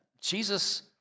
Jesus